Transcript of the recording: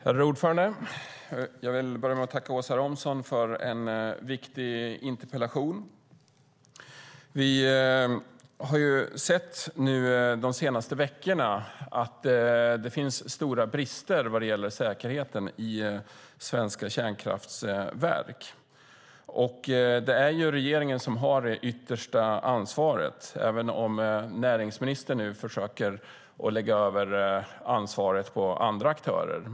Herr talman! Jag vill börja med att tacka Åsa Romson för en viktig interpellation. Under de senaste veckorna har vi sett att det finns stora brister vad gäller säkerheten i svenska kärnkraftverk. Det är regeringen som har det yttersta ansvaret även om energiministern nu försöker lägga över ansvaret på andra aktörer.